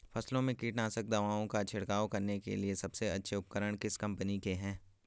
फसलों में कीटनाशक दवाओं का छिड़काव करने के लिए सबसे अच्छे उपकरण किस कंपनी के हैं?